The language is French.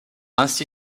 ainsi